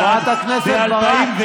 חברת הכנסת ברק,